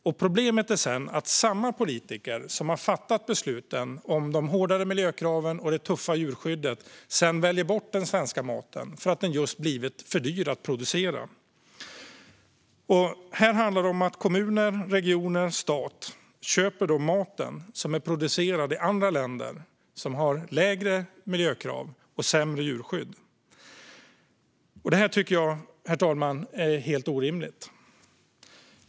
Problemet är att samma politiker som har fattat besluten om de hårdare miljökraven och det tuffare djurskyddet sedan väljer bort den svenska maten för att den blivit för dyr att producera. Kommuner, regioner och stat köper i stället mat producerad i andra länder med lägre miljökrav och sämre djurskydd. Herr talman! Detta är helt orimligt.